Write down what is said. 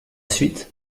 suite